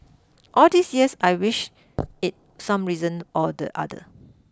all these years I wish it some reason or the other